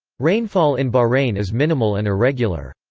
rainfall in bahrain is minimal and irregular.